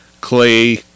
Clay